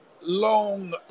long